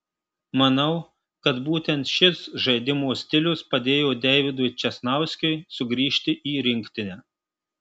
manau kad būtent šis žaidimo stilius padėjo deividui česnauskiui sugrįžti į rinktinę